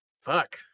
Fuck